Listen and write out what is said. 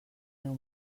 meu